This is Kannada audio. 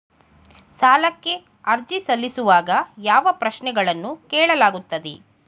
ಸಾಲಕ್ಕೆ ಅರ್ಜಿ ಸಲ್ಲಿಸುವಾಗ ಯಾವ ಪ್ರಶ್ನೆಗಳನ್ನು ಕೇಳಲಾಗುತ್ತದೆ?